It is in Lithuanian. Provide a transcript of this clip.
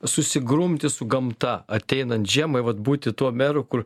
susigrumti su gamta ateinant žiemai vat būti tuo meru kur